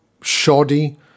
shoddy